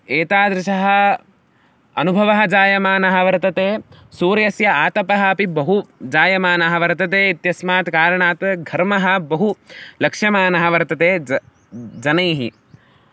एतादृशः अनुभवः जायमानः वर्तते सूर्यस्य आतपः अपि बहु जायमानः वर्तते इत्यस्मात् कारणात् घर्मः बहु लक्ष्यमानः वर्तते ज जनैः